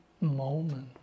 moment